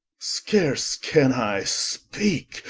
scarse can i speake,